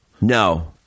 No